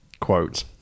quote